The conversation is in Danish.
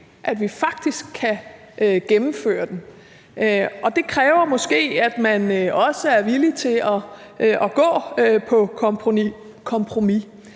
at vi faktisk kan gennemføre den. Og det kræver måske, at man også er villig til at gå på kompromis.